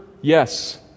yes